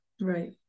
Right